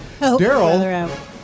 Daryl